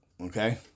okay